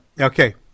Okay